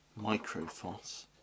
microfoss